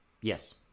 Yes